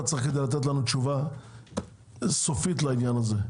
צריך כדי לתת לנו תשובה סופית לעניין הזה?